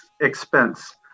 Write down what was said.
expense